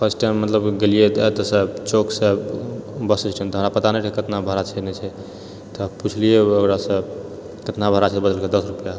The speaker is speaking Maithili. फर्स्ट टाइम मतलब गेलियै तऽ एतऽसँ चौकसँ बस स्टैण्ड तऽ हमरा पता नहि रहै कतना भाड़ा छै नहि छै तऽ पुछलियै ओकरासँ केतना भाड़ा छै बतेलकै दश रुपआ